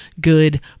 good